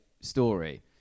story